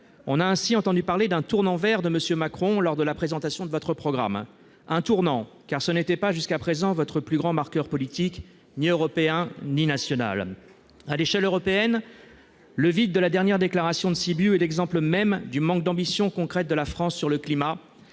On a ainsi entendu parler d'un « tournant vert » de M. Macron lors de la présentation de votre programme. Un tournant, car ce n'était pas, jusqu'à présent, votre plus grand marqueur politique, ni européen ni national. À l'échelle européenne, le vide de la dernière déclaration de Sibiu est l'exemple même du manque d'ambition concrète de la France sur le climat,